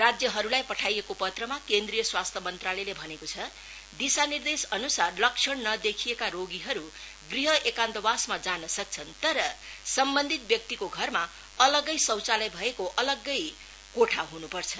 राज्यहरुलाई पठाइएको पत्रमा केन्द्रीय स्वास्थ्य मंत्रालयले भनेको छ दिशानिर्देशअनुसार लक्षण नदेखिए का रोगीहरु गृह एकान्तवासमा जान सक्छन् तर सम्बन्धित व्यक्तिको घरमा अलगै शौचालय भएको आफ्नो अलगै कोठा हुनुपर्छ